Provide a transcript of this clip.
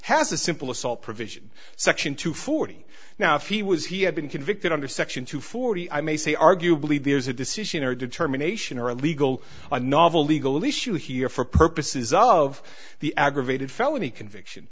has a simple assault provision section two forty now if he was he had been convicted under section two forty i may say arguably there's a decision or determination or a legal novel legal issue here for purposes of the aggravated felony conviction